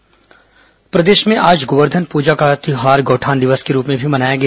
गौठान दिवस प्रदेश में आज गोवर्धन प्रजा का तिहार गौठान दिवस के रूप में भी मनाया गया